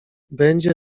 będzie